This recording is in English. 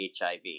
HIV